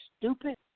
stupid